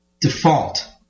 default